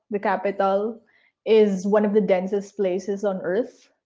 the capital is one of the densest places on earth.